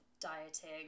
dieting